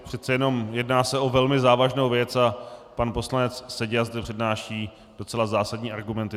Přece jenom se jedná o velmi závažnou věc a pan poslanec Seďa zde přednáší docela zásadní argumenty.